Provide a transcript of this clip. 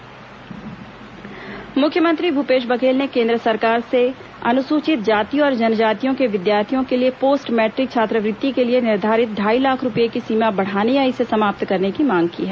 मुख्यमंत्री छात्रवृत्ति मुख्यमंत्री भूपेश बघेल ने केंद्र सरकार से अनुसूचित जाति और जनजातियो के विद्यार्थियों के लिए पोस्ट मैट्रिक छात्रवृत्ति लिए निर्धारित ढाई लाख रुपये की सीमा बढ़ाने या इसे समाप्त करने की मांग की है